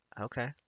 Okay